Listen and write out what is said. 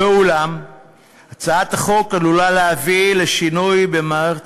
ואולם הצעת החוק עלולה להביא לשינוי במערכת